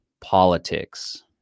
politics